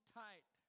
tight